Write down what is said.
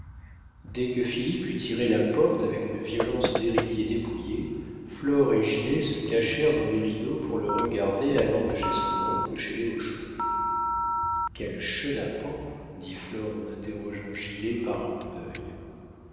dès que philippe eut tiré la porte avec une violence d'héritier dépouillé flore et gilet se cachèrent dans les rideaux pour le regarder allant de chez son oncle chez les hochon quel chenapan dit flore en interrogeant gilet par un coup d'œil